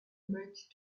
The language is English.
bridge